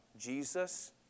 Jesus